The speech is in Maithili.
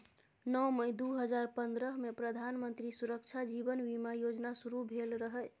नौ मई दु हजार पंद्रहमे प्रधानमंत्री सुरक्षा जीबन बीमा योजना शुरू भेल रहय